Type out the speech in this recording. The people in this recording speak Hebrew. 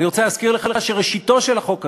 ואני רוצה להזכיר לך שראשיתו של החוק הזה,